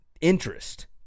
interest